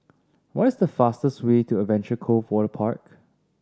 what is the fastest way to Adventure Cove Waterpark